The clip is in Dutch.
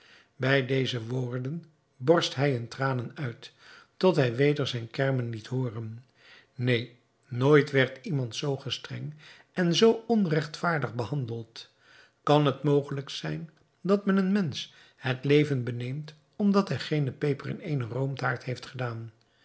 bij deze woorden borst hij in tranen uit tot hij weder zijn kermen liet hooren neen nooit werd iemand zoo gestreng en zoo onregtvaardig behandeld kan het mogelijk zijn dat men een mensch het leven beneemt omdat hij geene peper in eene roomtaart heeft gedaan